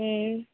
हूँ